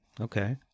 Okay